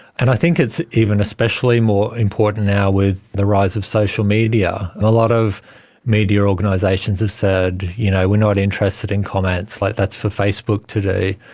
and i think it's even especially more important now with the rise of social media. a lot of media organisations have said you know we're not interested in comments, like that's for facebook to